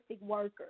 workers